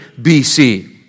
BC